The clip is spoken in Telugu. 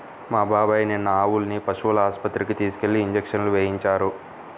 మా బాబాయ్ నిన్న ఆవుల్ని పశువుల ఆస్పత్రికి తీసుకెళ్ళి ఇంజక్షన్లు వేయించారు